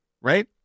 Right